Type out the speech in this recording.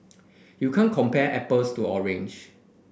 you can't compare apples to orange